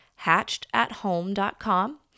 hatchedathome.com